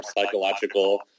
psychological